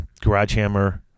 GarageHammer